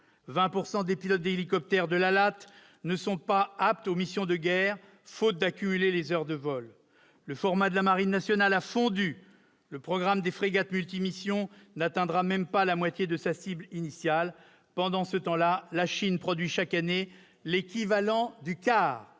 les pilotes d'hélicoptères de l'ALAT, 20 % d'entre eux ne sont pas aptes aux « missions de guerre », faute d'heures de vol. Le format de la marine nationale a fondu ; le programme de frégates multi-missions n'atteindra même pas la moitié de sa cible initiale. Pendant ce temps, la Chine produit chaque année l'équivalent du quart